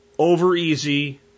over-easy